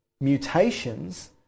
mutations